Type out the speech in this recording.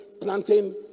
planting